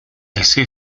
ese